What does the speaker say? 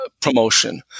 promotion